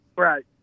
Right